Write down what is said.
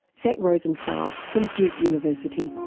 zach rosenthal from duke university.